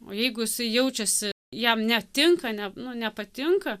o jeigu jisai jaučiasi jam netinka ne nu nepatinka